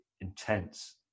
intense